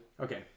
Okay